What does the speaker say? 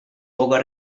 boca